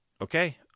okay